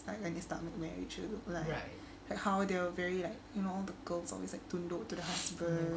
like how they start with marriages like how they are very like you know the girls always like tunduk to the husband